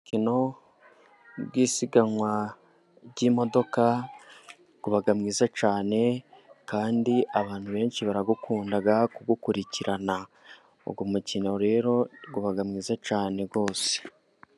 Imukino w'isiganwa ry'imodoka uba mwiza cyane, kandi abantu benshi barawukunda kuwukurikirana uwo mukino rero uba mwiza cyane rwose.